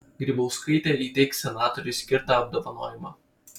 grybauskaitė įteiks senatoriui skirtą apdovanojimą